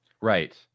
Right